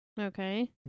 Okay